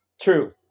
True